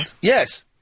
Yes